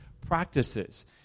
practices